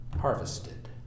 harvested